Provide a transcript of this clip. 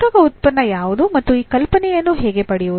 ಪೂರಕ ಉತ್ಪನ್ನ ಯಾವುದು ಮತ್ತು ಈ ಕಲ್ಪನೆಯನ್ನು ಹೇಗೆ ಪಡೆಯುವುದು